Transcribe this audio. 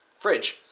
fridge.